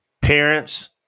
Parents